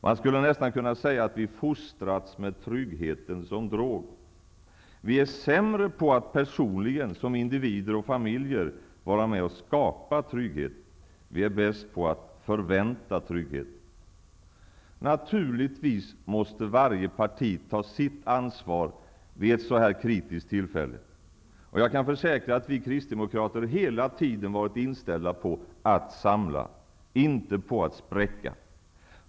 Man skulle nästan kunna säga att vi fostrats med tryggheten som drog. Vi är sämre på att personligen, som individer och familjer, vara med och skapa trygghet. Vi är bäst på att förvänta trygghet. Naturligtvis måste varje parti ta sitt ansvar vid ett så här kritiskt tillfälle. Jag kan försäkra att vi kristdemokrater hela tiden varit inställda på att samla, inte på att spräcka regeringen.